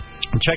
Check